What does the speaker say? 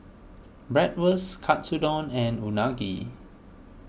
Bratwurst Katsudon and Unagi